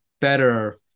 better